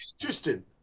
interesting